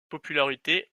popularité